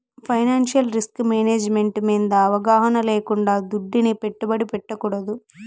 financial risk management మింద అవగాహన లేకుండా దుడ్డుని పెట్టుబడి పెట్టకూడదు